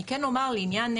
אני כן אומר לעניין,